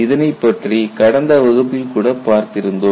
இதனைப்பற்றி கடந்த வகுப்பில் கூட பார்த்திருந்தோம்